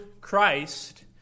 Christ